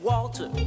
Walter